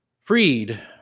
freed